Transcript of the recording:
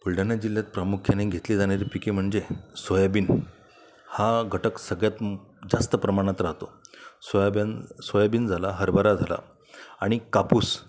बुलढाणा जिल्ह्यात प्रामुख्याने घेतली जाणारी पिके म्हणजे सोयाबीन हा घटक सगळ्यात जास्त प्रमाणात राहतो सोयाबन सोयाबीन झाला हरभरा झाला आणि कापूस